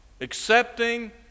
accepting